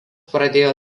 pradėjo